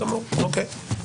בסדר גמור, אוקיי.